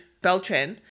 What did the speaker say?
Beltran